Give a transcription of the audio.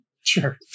Sure